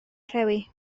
rhewi